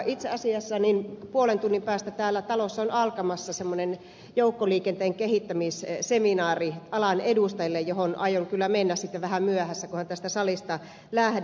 itse asiassa puolen tunnin päästä täällä talossa on alkamassa semmoinen joukkoliikenteen kehittämisseminaari alan edustajille johon aion kyllä mennä sitten vähän myöhässä kunhan tästä salista lähden